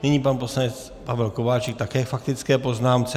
Nyní pan poslanec Pavel Kováčik také k faktické poznámce.